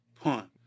Punt